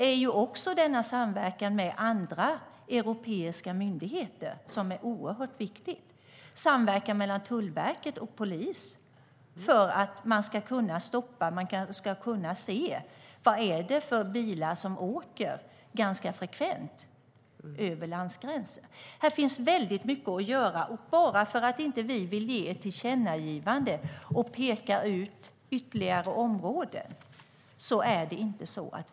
Här finns mycket att göra. Bara för att vi inte vill göra ett tillkännagivande och peka ut ytterligare områden är vi inte emot.